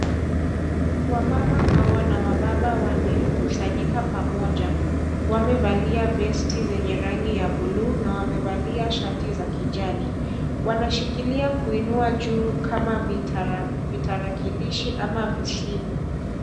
Wamama hawa na wababa wamekusanyika pamoja, wamevalia (cs) vest(cs) zenye rangi ya (blue) na wamevalia shati za kijani, wanashikilia kuinua juu kama vitarakilishi ama visimu.